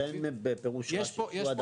תן לי פירוש, מה זה מלאי התשתיות?